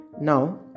now